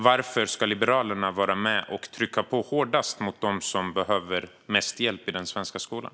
Varför ska Liberalerna vara med och trycka på hårdast mot dem som behöver mest hjälp i den svenska skolan?